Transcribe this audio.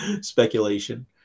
speculation